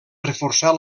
reforçar